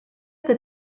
que